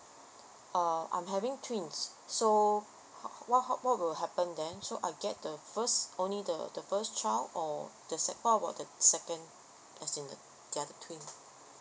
um I'm having twins so what how what will happen then so I'll get the first only the the first child or the se~ what about the second as in the other twin